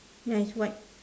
ya it's white